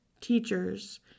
teachers